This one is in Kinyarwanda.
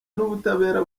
n’ubutabera